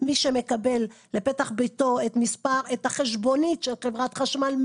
מי שמקבל לפתח ביתו את החשבונית של חברת חשמל,